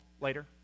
later